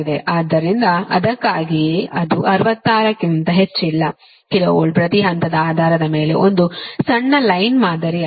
ಆದ್ದರಿಂದ ಅದಕ್ಕಾಗಿಯೇ ಅದು 66 ಕ್ಕಿಂತ ಹೆಚ್ಚಿಲ್ಲ KV ಪ್ರತಿ ಹಂತದ ಆಧಾರದ ಮೇಲೆ ಒಂದು ಸಣ್ಣ ಲೈನ್ ಮಾದರಿಯಾಗಿದೆ